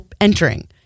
entering